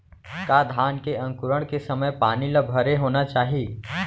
का धान के अंकुरण के समय पानी ल भरे होना चाही?